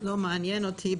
לא מעניין אותי,